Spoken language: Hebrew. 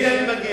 הנה אני מגיע.